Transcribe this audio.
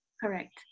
Correct